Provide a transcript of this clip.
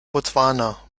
botswana